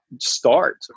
start